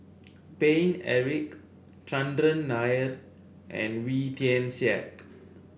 Paine Eric Chandran Nair and Wee Tian Siak